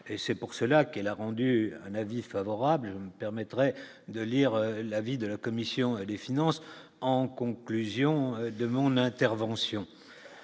et c'est pour cela qu'elle a rendu un avis favorable permettrait de lire l'avis de la commission des finances, en conclusion de mon intervention